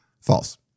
false